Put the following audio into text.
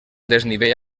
desnivell